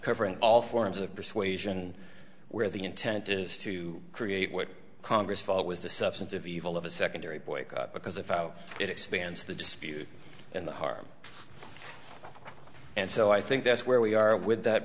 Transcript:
covering all forms of persuasion where the intent is to create what congress felt was the substantive evil of a secondary boycott because if it expands the dispute and the harm and so i think that's where we are with that